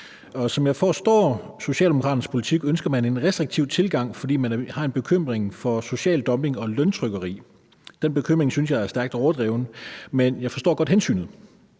Som jeg forstår Socialdemokraternes politik, ønsker man en restriktiv tilgang, fordi man har en bekymring for social dumping og løntrykkeri. Den bekymring synes jeg er stærkt overdreven, men jeg forstår godt hensynet.